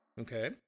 Okay